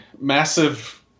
Massive